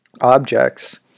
objects